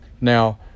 Now